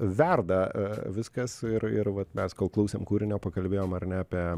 verda e viskas ir ir vat mes kol klausėm kūrinio pakalbėjom ar ne apie